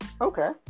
Okay